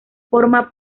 forma